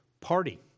party